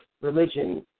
religion